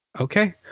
Okay